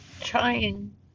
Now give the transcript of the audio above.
trying